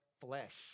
flesh